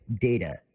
data